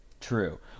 True